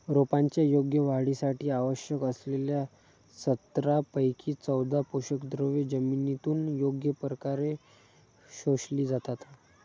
रोपांच्या योग्य वाढीसाठी आवश्यक असलेल्या सतरापैकी चौदा पोषकद्रव्ये जमिनीतून योग्य प्रकारे शोषली जातात